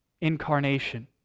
incarnation